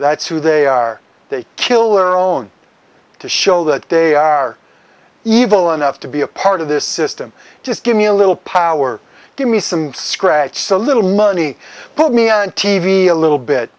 that's who they are they kill their own to show that they are evil enough to be a part of this system just give me a little power give me some scratch so little money put me on t v a little bit